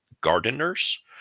gardeners